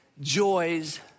joys